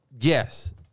Yes